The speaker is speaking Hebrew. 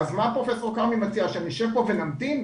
אז מה פרופ' כרמי מציעה, שנשב פה ונמתין?